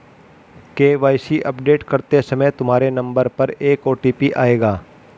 KYC update करते समय तुम्हारे नंबर पर एक ओ.टी.पी आएगा